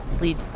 lead